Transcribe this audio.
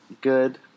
good